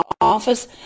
office